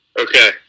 Okay